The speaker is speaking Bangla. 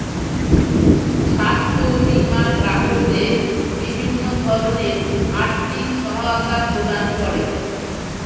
স্বাস্থ্য বীমা গ্রাহকদের বিভিন্ন ধরনের আর্থিক সহায়তা প্রদান করে